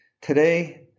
today